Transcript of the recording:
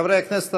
חברי הכנסת,